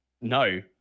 no